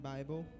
Bible